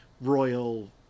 royal